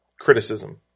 criticism